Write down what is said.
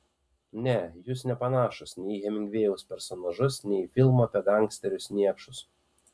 ne jūs nepanašūs nei į hemingvėjaus personažus nei į filmų apie gangsterius niekšus